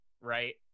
right